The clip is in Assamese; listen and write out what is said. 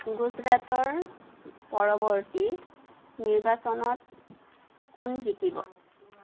গুজৰাটৰ পৰৱৰ্তী নিৰ্বাচনত কোন জিকিব